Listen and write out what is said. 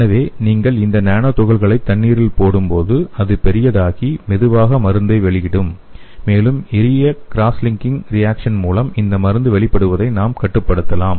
எனவே நீங்கள் இந்த நானோ துகள்களை தண்ணீரில் போடும்போது அது பெரியதாகி மெதுவாக மருந்தை வெளியிடும் மேலும் எளிய க்ராஸ் லிங்கிங் ரியாக்சன் மூலம் இந்த மருந்து வெளிப்படுவதை நாம் கட்டுப்படுத்தலாம்